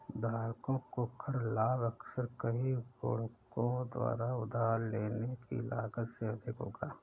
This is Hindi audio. धारकों को कर लाभ अक्सर कई गुणकों द्वारा उधार लेने की लागत से अधिक होगा